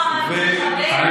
לא אמרנו "מחבל".